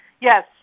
Yes